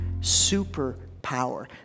Superpower